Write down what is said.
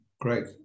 Great